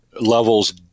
levels